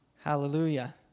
Hallelujah